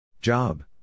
Job